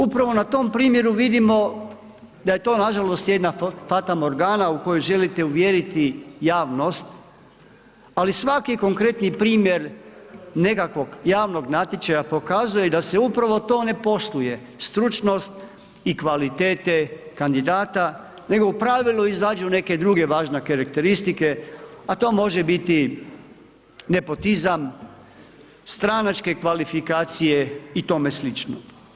Upravo na tom primjeru vidimo, da je to nažalost jedna fatamorgana, uz koju želite uvjeriti javnost, ali svaki konkretni primjer nekakvog javnog natječaja, pokazuje da se upravo to ne poštuje, stručnost i kvalitete kandidata, nego u pravilu izađu neke druge važne karakteristike, a to može biti nepotizam, stranačke kvalifikacije i tome slično.